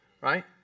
right